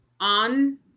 On